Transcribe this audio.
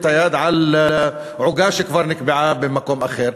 את היד על עוגה שכבר נקבעה במקום אחר.